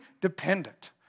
dependent